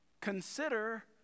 Consider